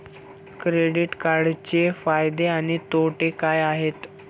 Credit कार्डचे फायदे आणि तोटे काय आहेत?